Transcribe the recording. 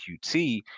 qt